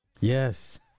Yes